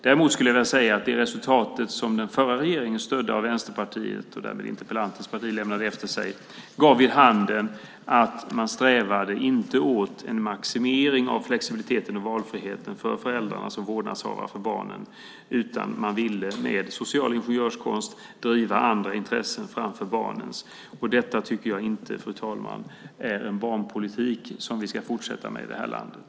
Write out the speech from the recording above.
Däremot skulle jag vilja säga att det resultat som den förra regeringen, stödd av Vänsterpartiet, alltså interpellantens parti, lämnade efter sig gav vid handen att man inte strävade efter en maximering av flexibiliteten och valfriheten för föräldrarna som vårdnadshavare för barnen, utan man ville med social ingenjörskonst driva andra intressen framför barnens. Detta tycker jag inte är en barnpolitik som vi ska fortsätta med i det här landet.